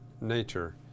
nature